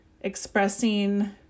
expressing